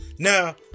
Now